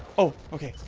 oh okay.